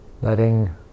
Letting